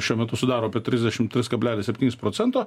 šiuo metu sudaro apie trisdešimt tris kablelis septynis procento